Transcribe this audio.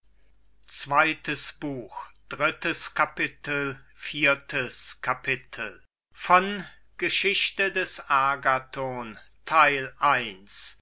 zweites buch erstes kapitel wer der käufer des agathon